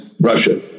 Russia